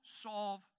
solve